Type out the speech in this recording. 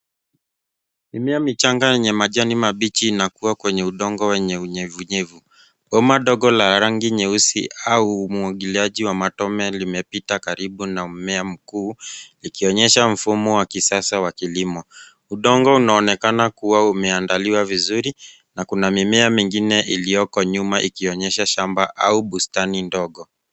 Mimea michanga yenye majani mabichi inakua kwenye udongo wenye unyevunyevu. Bomba dogo la rangi nyeusi au umwagiliaji wa matone limepita karibu na mmea mkuu ikionyesha mfumo wa kisasa wa kilimo. Udongo unaonekana kuwa umeandaliwa vizuri na kuna mimea mingine iliyoko nyuma ikionyesha shamba au bustani ndogo.